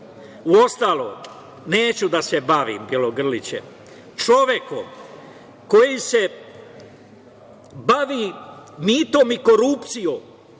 Uostalom, neću da se bavim Bjelogrlićem, čovekom koji se bavi mitom i korupcijom,